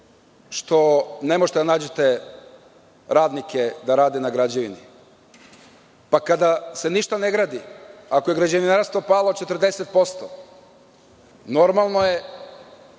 što ne možete da nađete radnike da rade na građevini? Kada se ništa ne gradi ako je građevinarstvo palo 40% normalno je